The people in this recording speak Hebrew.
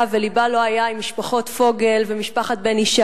ולבה לא היה עם משפחות פוגל ובן-ישי,